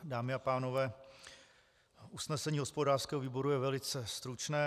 Dámy a pánové, usnesení hospodářského výboru je velice stručné.